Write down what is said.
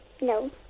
No